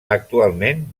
actualment